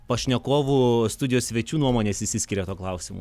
pašnekovų studijos svečių nuomonės išsiskiria tuo klausimu